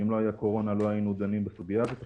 אם לא הייתה קורונה לא היינו דנים בסוגיה הזאת עכשיו,